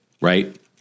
right